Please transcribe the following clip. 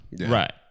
Right